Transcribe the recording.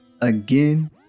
again